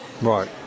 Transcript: Right